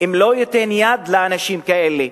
אם לא ייתן יד לאנשים כאלה,